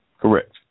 Correct